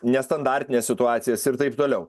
nestandartines situacijas ir taip toliau